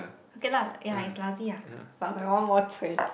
okay lah ya is lousy ah but my one more cui